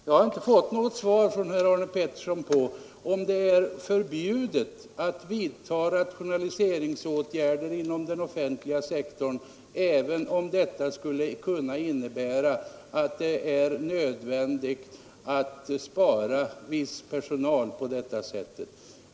Jag har inte fått något svar av herr Arne Pettersson på frågan om det är förbjudet att vidtaga rationaliseringsåtgärder inom den offentliga sektorn även om det skulle kunna innebära att det blir möjligt att spara viss personal.